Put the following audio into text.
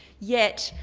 yet,